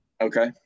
Okay